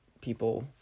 people